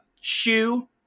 shoe